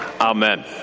Amen